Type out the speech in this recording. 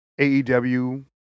AEW